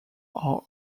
are